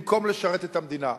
במקום לשרת את המדינה.